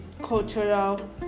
cultural